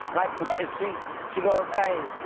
like she she goes hey,